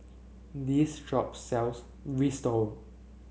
this shop sells Risotto